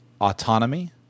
autonomy